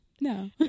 No